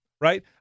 right